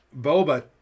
Boba